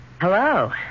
hello